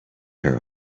her